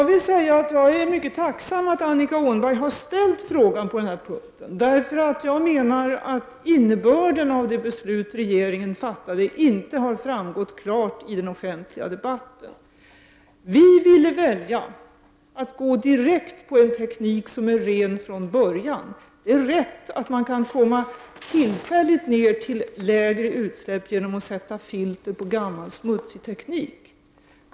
Herr talman! Jag är mycket tacksam för att Annika Åhnberg har ställt en fråga på den här punkten. Jag menar att innebörden av det beslut som regeringen fattade inte klart har framgått i den offentliga debatten. Vi valde att gå direkt på en teknik som är ren redan från början. Det är rätt att man tillfälligt kan komma ner till lägre utsläpp genom att sätta filter på gammal smutsig teknik.